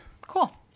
cool